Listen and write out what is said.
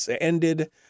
ended